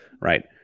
right